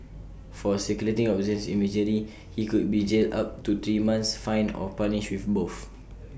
for circulating obscene imagery he could be jailed up to three months fined or punished with both